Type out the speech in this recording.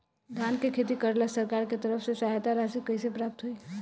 धान के खेती करेला सरकार के तरफ से सहायता राशि कइसे प्राप्त होइ?